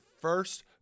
first